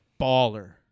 Baller